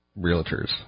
realtors